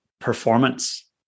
performance